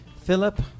Philip